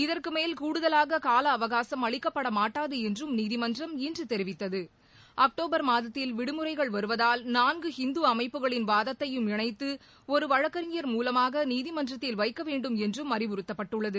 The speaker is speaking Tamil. இதற்கு மேல் கூடுதலாக கால அவகாசம் அளிக்கப்பட மாட்டாது என்றும் நீதிமன்றம் இன்று தெரிவித்தகு அக்டோபர் மாதத்தில் விடுமுறைகள் வருவதால் நான்கு இந்து அமைப்புகளின் வாதத்தையும் இணைத்து ஒரு வழக்கறிஞர் மூலமாக நீதிமன்றத்தில் வைக்க வேண்டும் என்றும் அறிவுறுத்தப்பட்டுள்ளது